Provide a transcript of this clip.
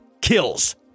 kills